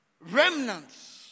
remnants